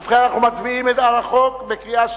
ובכן, אנחנו מצביעים על החוק בקריאה שלישית.